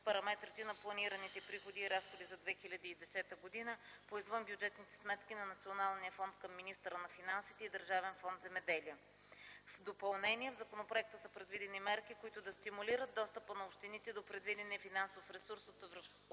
параметрите на планираните приходи и разходи за 2010 г. по извънбюджетните сметки на Националния фонд към министъра на финансите и Държавен фонд „Земеделие”. В допълнение в законопроекта са предвидени мерки, които да стимулират достъпа на общините до предвидения финансов ресурс от европейските